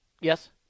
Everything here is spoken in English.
yes